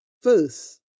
First